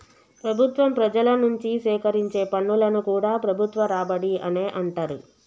ప్రభుత్వం ప్రజల నుంచి సేకరించే పన్నులను కూడా ప్రభుత్వ రాబడి అనే అంటరు